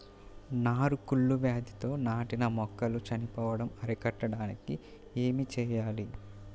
నారు కుళ్ళు వ్యాధితో నాటిన మొక్కలు చనిపోవడం అరికట్టడానికి ఏమి చేయాలి?